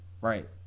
Right